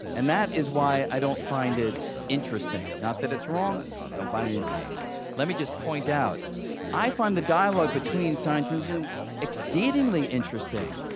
and that is why i don't find it interesting. not that it's wrong i don't find it interesting let me just point out i find the dialogue between science religion exceedingly interesting,